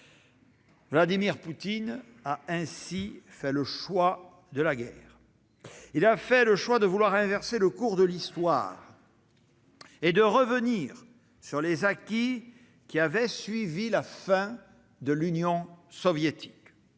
Vladimir Poutine a ainsi fait le choix de la guerre. Il a fait le choix de vouloir inverser le cours de l'Histoire et de revenir sur les acquis qui avaient suivi la fin de l'Union soviétique.